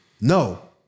No